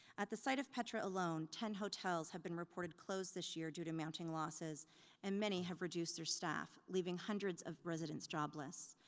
at the site of petra alone, ten hotels have been reported closed this year due to mounting losses and many have reduced their staff, leaving hundreds of residents jobless.